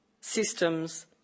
systems